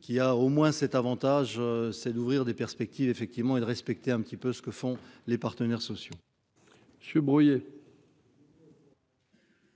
qui a au moins cet Avantage c'est d'ouvrir des perspectives effectivement et de respecter un petit peu ce que font les partenaires sociaux,